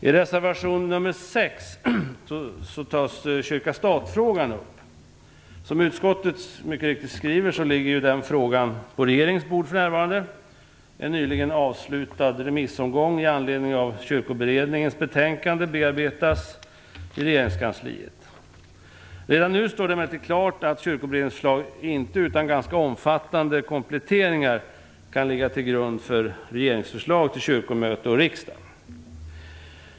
I reservation nr 6 tas kyrka-stat-frågan upp. Som utskottet mycket riktigt skriver ligger den frågan på regeringens bord för närvarande. En nyligen avslutad remissomgång med anledning av Kyrkoberedningens betänkande bearbetas i regeringskansliet. Redan nu står det emellertid klart att Kyrkoberedningens förslag inte utan ganska omfattande kompletteringar kan ligga till grund för regeringsförslag till kyrkomöte och riksdag.